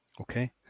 Okay